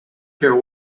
care